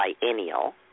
biennial